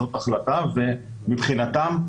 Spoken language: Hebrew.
ומבחינתם,